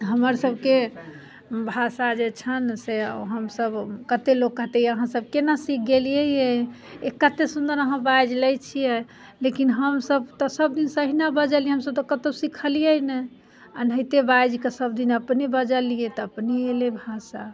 हमर सभके भाषा जे छनि से हम सभ कतेक लोक कहतै अहाँ सभ केना सीख गेलियै ये ई कतेक सुंदर अहाँ बाजि लैत छियै लेकिन हम सभ तऽ सभ दिन तहिना बजलियै हम सभ तऽ कतहुँ सिखलियै नहि एनाहिते बाजि कऽ सभ दिन अपने बजलियै तऽ अपने एलै भाषा